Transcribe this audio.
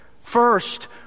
First